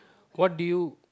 what do you